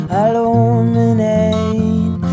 illuminate